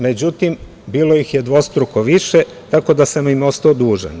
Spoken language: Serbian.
Međutim, bilo ih je dvostruko više, tako da sam im ostao dužan.